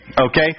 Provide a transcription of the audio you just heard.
okay